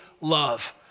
love